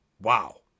wow